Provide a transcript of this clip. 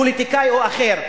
פוליטיקאי או אחר,